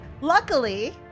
Luckily